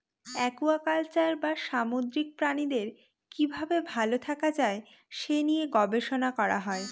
aquaculture বা সামুদ্রিক প্রাণীদের কি ভাবে ভালো থাকা যায় সে নিয়ে গবেষণা করা হয়